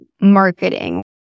marketing